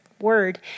word